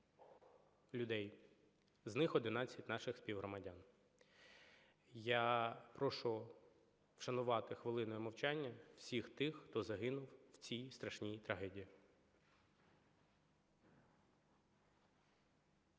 людей, з них 11 наших співгромадян. Я прошу вшанувати хвилиною мовчання всіх тих, хто загинув в цій страшній трагедії.